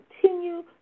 continue